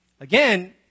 Again